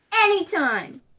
anytime